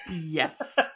yes